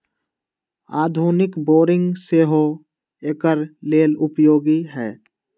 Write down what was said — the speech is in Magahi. आधुनिक बोरिंग सेहो एकर लेल उपयोगी है